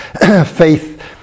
Faith